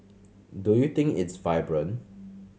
do you think it's vibrant